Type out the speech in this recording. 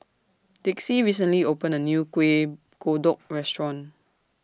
Dixie recently opened A New Kuih Kodok Restaurant